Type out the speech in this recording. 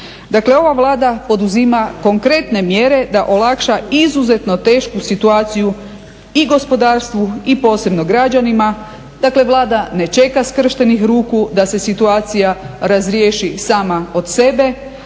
Dakle, ova Vlada poduzima konkretne mjere da olakša izuzetno tešku situaciju i gospodarstvo i posebno građanima, dakle Vlada ne čeka skrštenih ruku da se situacija razriješi sama od sebe,